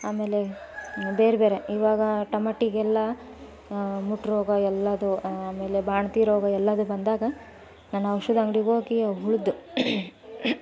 ಆಮೇಲೆ ಬೇರೆ ಬೇರೆ ಇವಾಗ ಟಮಟಿಗೆಲ್ಲ ಮುಟ್ಟು ರೋಗ ಎಲ್ಲದೂ ಆಮೇಲೆ ಬಾಣಂತಿ ರೋಗ ಎಲ್ಲದೂ ಬಂದಾಗ ನಾನು ಔಷಧ ಅಂಗ್ಡಿಗೆ ಹೋಗಿ ಆ ಹುಳದ್ದು